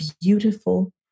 beautiful